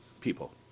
people